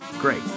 great